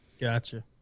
Gotcha